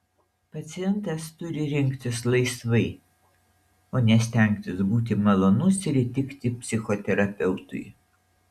pacientas turi rinktis laisvai o ne stengtis būti malonus ir įtikti psichoterapeutui